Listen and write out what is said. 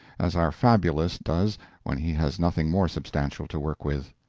as our fabulist does when he has nothing more substantial to work with.